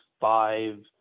five